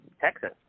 Texas